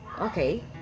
okay